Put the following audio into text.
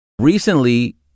Recently